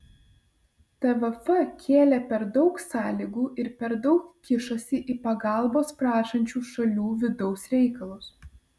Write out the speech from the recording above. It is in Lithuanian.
tvf kėlė per daug sąlygų ir per daug kišosi į pagalbos prašančių šalių vidaus reikalus